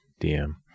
DM